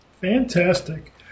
Fantastic